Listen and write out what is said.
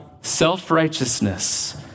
Self-righteousness